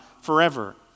forever